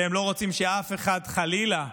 והם לא רוצים שאף אחד, חלילה,